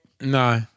No